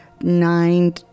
nine